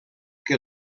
que